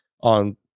on